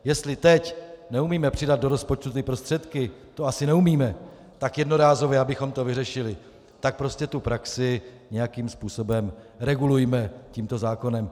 Jestli teď neumíme do rozpočtu přidat prostředky, asi neumíme tak jednorázově, abychom to vyřešili, tak prostě tu praxi nějakým způsobem regulujme tímto zákonem.